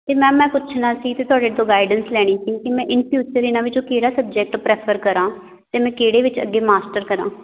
ਅਤੇ ਮੈਮ ਮੈਂ ਪੁੱਛਣਾ ਸੀ ਅਤੇ ਤੁਹਾਡੇ ਤੋਂ ਗਾਈਡੈਂਸ ਲੈਣੀ ਸੀ ਕਿ ਮੈਂ ਇੰਨ ਫਿਊਚਰ ਇਹਨਾਂ ਵਿੱਚੋਂ ਕਿਹੜਾ ਸਬਜੈਕਟ ਪ੍ਰੈਫਰ ਕਰਾਂ ਅਤੇ ਮੈਂ ਕਿਹੜੇ ਵਿੱਚ ਅੱਗੇ ਮਾਸਟਰ ਕਰਾਂ